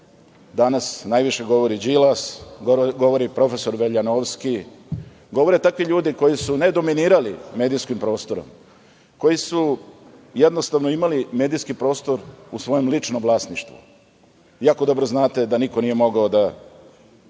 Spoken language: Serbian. danas najviše govori Đilas, govori profesor Veljanovski, govore takvi ljudi koji su ne dominirali medijskim prostorom, koji su jednostavno imali medijski prostor u svojem ličnom vlasništvu. Jako dobro znate da niko nije mogao da